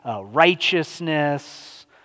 righteousness